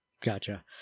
Gotcha